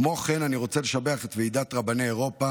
כמו כן, אני רוצה לשבח את ועידת רבני אירופה